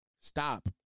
Stop